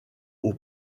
aux